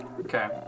Okay